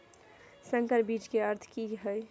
संकर बीज के अर्थ की हैय?